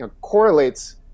correlates